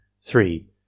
three